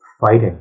fighting